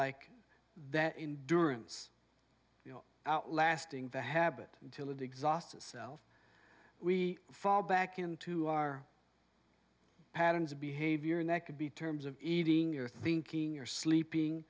like that in durance you know outlasting the habit until it exhausts itself we fall back into our patterns of behavior and that could be terms of eating you're thinking you're sleeping